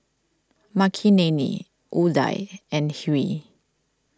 Makineni Udai and Hri